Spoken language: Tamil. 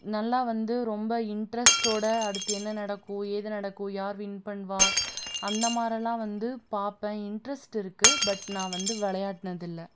நல்லா வந்து ரொம்ப இன்ட்ரஸ்ட்டோடு அடுத்து என்ன நடக்கும் ஏது நடக்கும் யார் வின் பண்ணுவா அந்தமாதிரில்லாம் வந்து பார்ப்பேன் இன்ட்ரஸ்ட் இருக்குது பட் நான் வந்து விளையாடுனதில்ல